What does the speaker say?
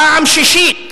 פעם שישית,